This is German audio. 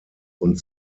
und